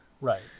Right